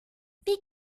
wie